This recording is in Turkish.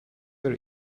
bir